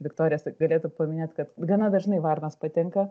viktorija galėtų paminėt kad gana dažnai varnos patenka